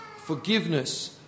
forgiveness